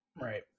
Right